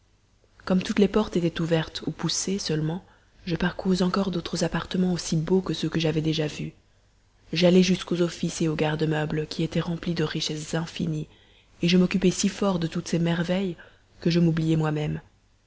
comme toutes les portes étaient ouvertes ou poussées seulement je parcourus encore d'autres appartements aussi beaux que ceux que j'avais déjà vus j'allai jusqu'aux offices et aux garde-meubles qui étaient remplis de richesses infinies et je m'occupai si fort de toutes ces merveilles que je m'oubliai moi-même